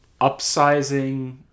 upsizing